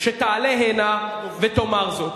שתעלה הנה ותאמר זאת.